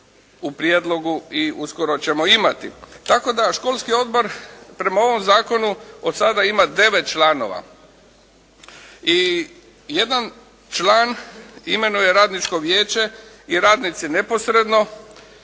u prijedlogu i uskoro ćemo imati, tako da školski odbor prema ovom zakonu od sada ima devet članova i jedan član imenuje radničko vijeće i radnici neposredno